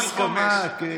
ומשפט.